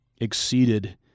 exceeded